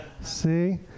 See